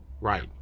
Right